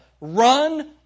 Run